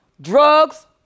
drugs